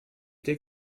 dig